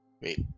Wait